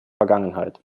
vergangenheit